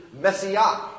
messiah